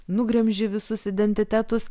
nugremži visus identitetus